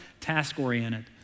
task-oriented